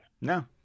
No